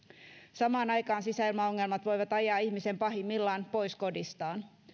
samaan aikaan sisäilmaongelmat voivat ajaa ihmisen pahimmillaan pois kodistaan